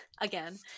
again